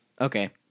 Okay